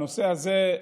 בנושא הזה,